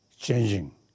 changing